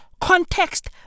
context